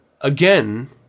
again